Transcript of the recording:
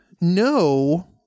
No